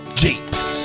jeep's